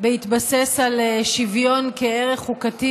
בהתבסס על שוויון כערך חוקתי,